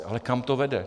Ale kam to vede?